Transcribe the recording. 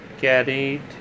carried